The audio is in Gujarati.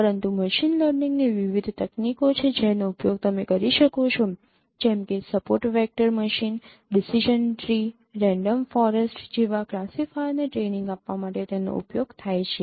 પરંતુ મશીન લર્નિંગની વિવિધ તકનીકીઓ છે જેનો ઉપયોગ તમે કરી શકો છો જેમ કે support vector machine decision tree random forest support vector machine decision tree random forest જેવા ક્લાસિફાયર્સને ટ્રેનિંગ આપવા માટે તેનો ઉપયોગ થાય છે